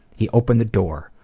he opened the door.